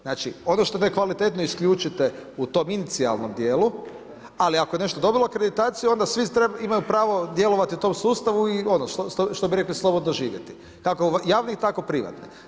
Znači, ono što nekvalitetno isključite u tom inicijalnom dijelu, ali ako je nešto dobilo akreditaciju, onda svi imaju pravo djelovati u tom sustavu i ono, što bi rekli, slobodno živjeti, tako javni tako i privatni.